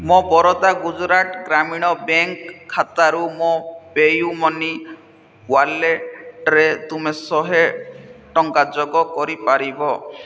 ମୋ ବରୋଦା ଗୁଜୁରାଟ ଗ୍ରାମୀଣ ବ୍ୟାଙ୍କ୍ ଖାତାରୁ ମୋ ପେ ୟୁ ମନି ୱାଲେଟ୍ରେ ତୁମେ ଶହେ ଟଙ୍କା ଯୋଗ କରିପାରିବ